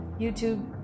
YouTube